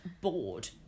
bored